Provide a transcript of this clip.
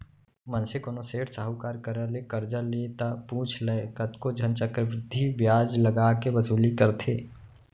मनसे कोनो सेठ साहूकार करा ले करजा ले ता पुछ लय कतको झन चक्रबृद्धि बियाज लगा के वसूली करथे